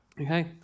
okay